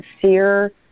sincere